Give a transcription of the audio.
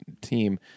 team